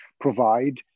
provide